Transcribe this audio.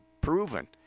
proven